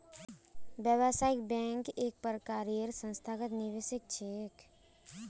व्यावसायिक बैंक एक प्रकारेर संस्थागत निवेशक छिके